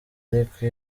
ariko